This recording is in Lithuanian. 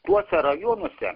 tuose rajonuose